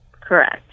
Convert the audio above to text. Correct